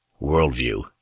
worldview